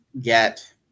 get